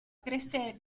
crecer